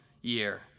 year